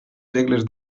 segles